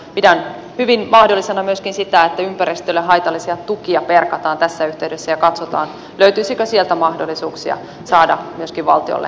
pidän hyvin mahdollisena myöskin sitä että ympäristölle haitallisia tukia perataan tässä yhteydessä ja katsotaan löytyisikö sieltä mahdollisuuksia saada myöskin valtiolle lisätuloja